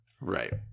Right